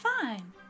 fine